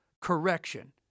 correction